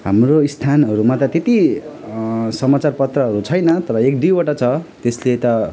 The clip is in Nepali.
हाम्रो स्थानहरूमा त त्यति समाचार पत्रहरू छैन तर एक दुइवटा छ त्यसले त